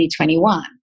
2021